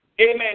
Amen